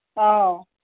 অঁ